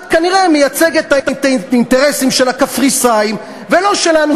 את כנראה מייצגת את האינטרסים של הקפריסאים ולא את שלנו,